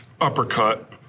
uppercut